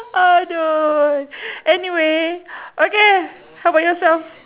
ah do anyway okay how about yourself